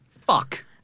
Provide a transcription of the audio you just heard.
Fuck